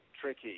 tricky